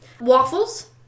Waffles